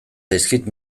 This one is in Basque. zaizkit